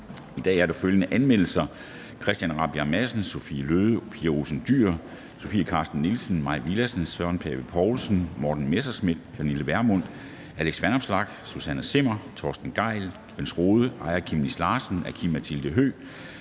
I dag er der følgende anmeldelser: